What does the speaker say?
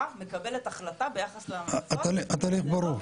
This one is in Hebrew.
מקבלת החלטה ביחס להמלצות --- התהליך ברור.